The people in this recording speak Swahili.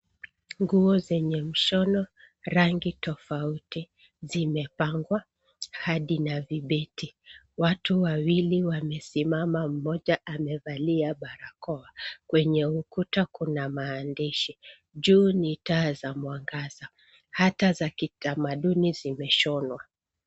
Nguo zenye mshindi, rangi tofauti zimepangwa hadi na vibeti. Watu wawili wamesimama, mmoja amevalia barakoa. Kwenye ukuta kuna maandishi . Juu ni taa za mwangaza. Hata za kitamaduni zimeshindwa.